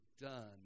done